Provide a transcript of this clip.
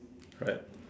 right